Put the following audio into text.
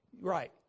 right